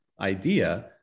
idea